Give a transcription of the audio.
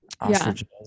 Ostriches